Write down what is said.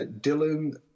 Dylan